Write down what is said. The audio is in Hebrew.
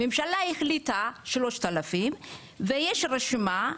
הממשלה החליטה על 3,000 ויש רשימה,